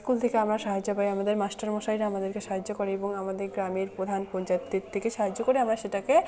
school থেকে আমরা সাহায্য পাই আমাদের মাস্টারমশাইরা আমাদেরকে সাহায্য করে এবং আমাদের গ্রামের প্রধান পঞ্চায়েতদের থেকে সাহায্য করে এবং আমরা সেটাকে